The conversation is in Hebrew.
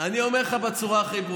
אני אומר לך בצורה הכי ברורה,